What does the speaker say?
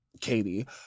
Katie